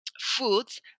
foods